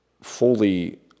fully